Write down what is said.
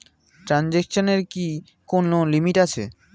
ট্রানজেকশনের কি কোন লিমিট আছে?